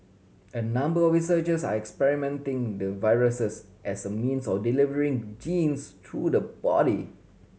a number researchers are experimenting the viruses as a means of delivering genes through the body